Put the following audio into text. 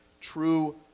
True